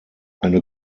eine